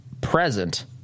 present